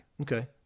Okay